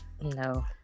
No